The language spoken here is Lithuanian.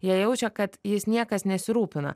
jie jaučia kad jais niekas nesirūpina